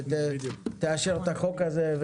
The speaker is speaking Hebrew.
שתאשר את החוק הזה,